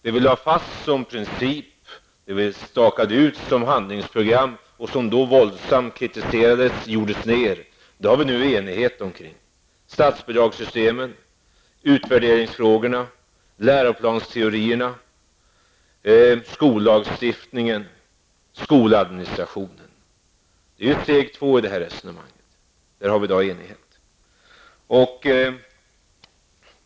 Det vi lade fast som princip, det vi stakade ut som handlingsprogram och som då våldsamt kritiserades och gjordes ned, det har vi nu enighet omkring: statsbidragssystemet, utvärderingsfrågorna, läroplansteorierna, skollagen och skoladministrationen. Detta är steg två i det här resonemanget, och där har vi i dag enighet.